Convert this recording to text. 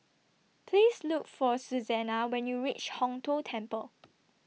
Please Look For Susanna when YOU REACH Hong Tho Temple